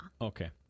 Okay